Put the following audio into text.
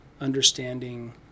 understanding